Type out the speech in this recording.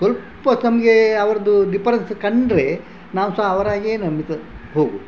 ಸ್ವಲ್ಪ ನಮಗೆ ಅವ್ರದ್ದು ಡಿಫರೆನ್ಸ್ ಕಂಡರೆ ನಾವು ಸಹ ಅವರಾಗೇ ನಂಬುತ್ತಾ ಹೋಗುವುದು